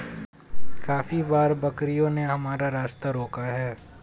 काफी बार बकरियों ने हमारा रास्ता रोका है